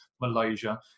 Malaysia